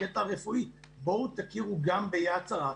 בקטע הרפואי בואו תכירו גם ב"יד שרה",